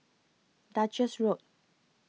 Duchess Road